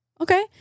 Okay